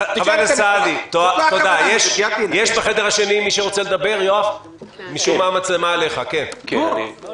--- שלושה